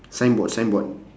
signboard signboard